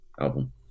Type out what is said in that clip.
album